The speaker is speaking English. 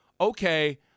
Okay